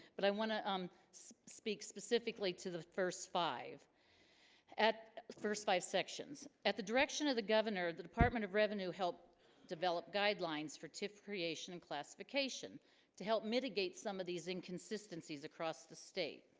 but i want to um speak specifically to the first five at first five sections at the direction of the governor the department of revenue help develop guidelines for tif creation and classification to help mitigate some of these inconsistencies across the state